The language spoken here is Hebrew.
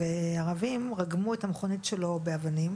וערבים רגמו את המכונית שלו באבנים